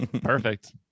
Perfect